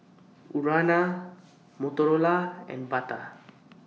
Urana Motorola and Bata